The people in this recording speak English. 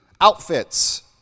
outfits